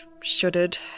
shuddered